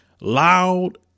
Loud